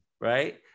right